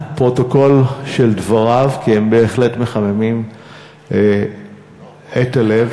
הפרוטוקול של דבריו, כי הם בהחלט מחממים את הלב.